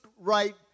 right